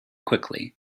quickly